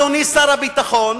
אדוני שר הביטחון,